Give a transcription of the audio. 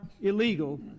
illegal